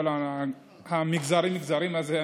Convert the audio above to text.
כל המגזרים-מגזרים הזה,